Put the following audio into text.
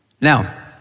Now